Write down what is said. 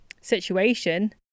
situation